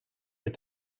est